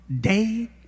day